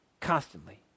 constantly